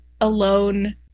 alone